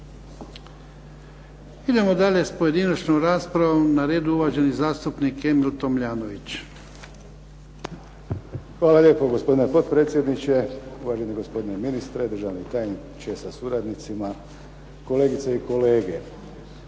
Idemo dalje s pojedinačnom raspravom. Na redu je uvaženi zastupnik Emil Tomljanović. **Tomljanović, Emil (HDZ)** Hvala lijepo. Gospodine potpredsjedniče, uvaženi gospodine ministre, državni tajniče sa suradnicima, kolegice i kolege.